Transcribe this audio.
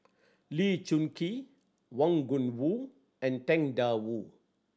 Lee Choon Kee Wang Gungwu and Tang Da Wu